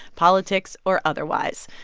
politics or otherwise.